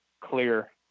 clear